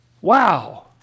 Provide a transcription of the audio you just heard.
Wow